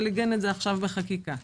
אבל עיגן את זה עכשיו בחקיקה.